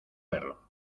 verlo